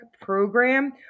program